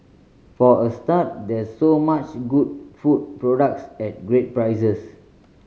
for a start there's so much good food products at great prices